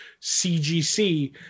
CGC